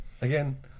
Again